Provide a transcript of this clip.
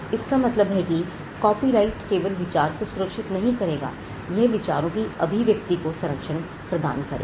इसका मतलब है कि कॉपीराइट केवल विचार को सुरक्षित नहीं करेगा यह सिर्फ विचारों की अभिव्यक्ति को सरंक्षण प्रदान करेगा